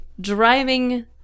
driving